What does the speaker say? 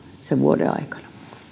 sen vuoden aikana